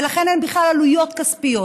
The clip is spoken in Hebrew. ולכן אין בכלל עלויות כספיות,